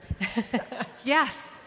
Yes